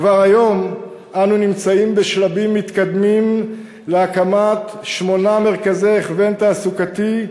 כבר היום אנו נמצאים בשלבים מתקדמים להקמת שמונה מרכזי הכוון תעסוקתי,